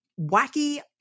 wacky